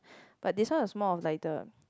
but this one was more of like the